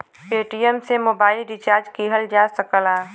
Paytm से mobile recharge किहल जा सकला